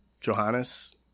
Johannes